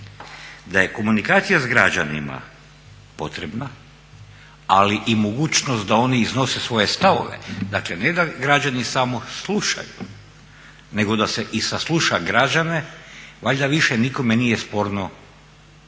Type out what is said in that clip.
Da je komunikacija s građanima potrebna ali i mogućnost da oni iznose svoje stavove, dakle ne da građani samo slušaju nego da se i sasluša građane valjda više nikome nije sporno u